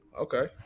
Okay